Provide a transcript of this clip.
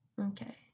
Okay